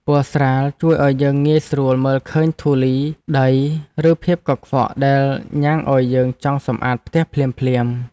ពណ៌ស្រាលជួយឱ្យយើងងាយស្រួលមើលឃើញធូលីដីឬភាពកខ្វក់ដែលញ៉ាំងឱ្យយើងចង់សម្អាតផ្ទះភ្លាមៗ។